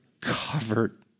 covered